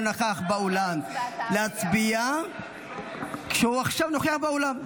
נכח באולם להצביע כשהוא עכשיו נוכח באולם,